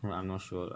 right I'm not sure